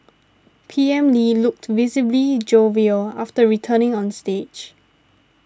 P M Lee looked visibly jovial after returning on stage